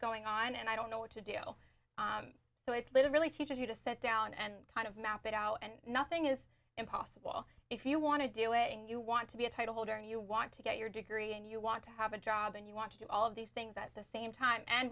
going on and i don't know what to do so it's a little really teaches you to sit down and kind of map it out and nothing is impossible if you want to do it and you want to be a title holder and you want to get your degree and you want to have a job and you want to do all of these things at the same time and